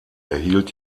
erhielt